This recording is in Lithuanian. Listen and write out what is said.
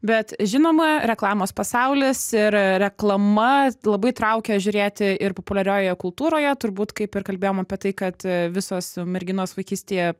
bet žinoma reklamos pasaulis ir reklama labai traukia žiūrėti ir populiariojoje kultūroje turbūt kaip ir kalbėjom apie tai kad visos merginos vaikystėje